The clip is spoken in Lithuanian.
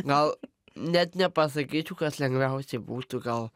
gal net nepasakyčiau kad lengviausiai būtų gal